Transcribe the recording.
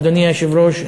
אדוני היושב-ראש,